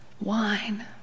wine